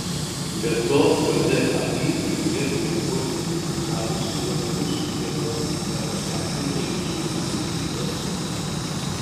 be to vdai privalėtų reaguoti gavusi duomenų subjekto nepatenkinto jūsų įmonės veikla skundą